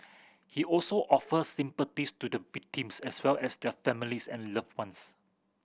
he also offered sympathies to the victims as well as their families and loved ones